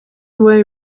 way